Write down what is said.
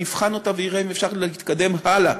אבחן אותה ואראה אם אפשר להתקדם הלאה.